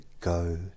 go